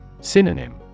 Synonym